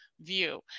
view